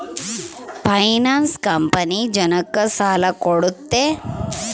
finance company ಜನಕ್ಕ ಸಾಲ ಕೊಡುತ್ತೆ